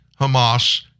Hamas